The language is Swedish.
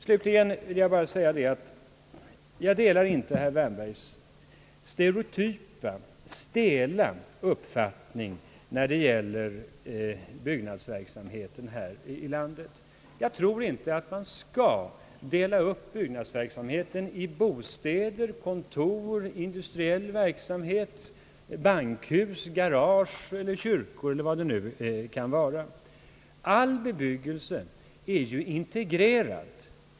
Slutligen vill jag säga att jag inte delar herr Wärnbergs stereotypa, stela uppfattning när det gäller byggnadsverksamheten i landet. Jag tror inte att man skall dela upp byggnadsverksamheten i bostäder, kontor, industriell verksamhet, bankhus, garage, kyrkor eller vad det nu kan vara. All bebyggelse är ju integrerad.